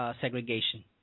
segregation